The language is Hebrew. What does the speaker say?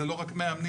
זה לא רק מאמנים,